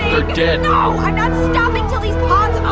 they're dead no! i'm not stopping until these pods